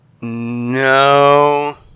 No